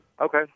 Okay